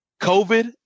COVID